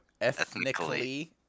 Ethnically